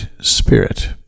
Spirit